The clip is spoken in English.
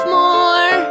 more